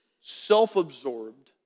self-absorbed